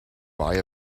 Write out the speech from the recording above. buy